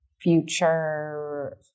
future